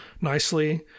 nicely